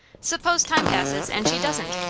suppose time passes, and she doesn't?